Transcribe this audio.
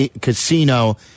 Casino